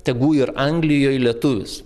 tegu ir anglijoj lietuvis